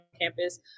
campus